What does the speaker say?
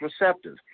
receptive